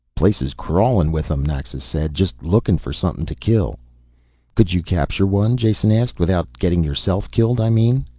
place's crawling with em, naxa said, just lookin' for somethin' t'kill. could you capture one? jason asked. without getting yourself killed, i mean.